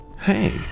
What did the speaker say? hey